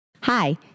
Hi